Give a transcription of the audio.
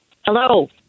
Hello